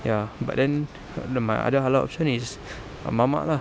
ya but then err the my other halal option is uh mamak lah